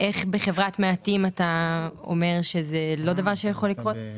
איך בחברת מעטים אתה אומר שזה לא דבר שיכול לקרות?